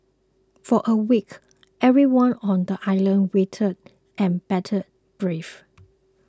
for a week everyone on the island waited an bated breath